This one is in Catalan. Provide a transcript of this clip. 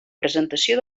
presentació